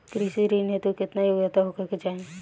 कृषि ऋण हेतू केतना योग्यता होखे के चाहीं?